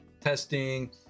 testing